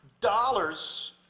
dollars